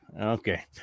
Okay